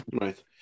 right